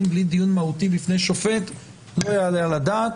בלי דיון מהותי בפני שופט - לא יעלה על הדעת.